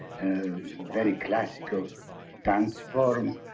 very classical dance form,